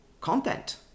content